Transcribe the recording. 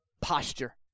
posture